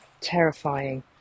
terrifying